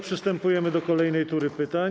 Przystępujemy do kolejnej tury pytań.